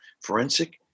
forensic